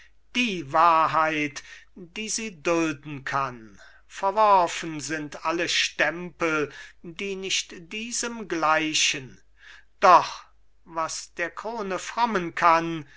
die wahrheit die sie dulden kann verworfen sind alle stempel die nicht diesem gleichen doch was der krone frommen kann